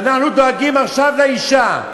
ואנחנו דואגים עכשיו לאישה.